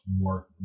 work